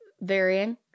varying